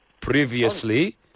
previously